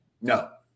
No